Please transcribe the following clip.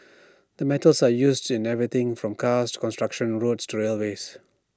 the metals are used in everything from cars to construction roads to railways